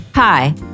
Hi